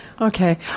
Okay